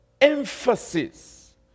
emphasis